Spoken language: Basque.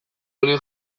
hori